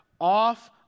off